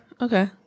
okay